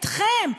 אתכם,